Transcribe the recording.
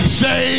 say